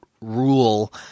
rule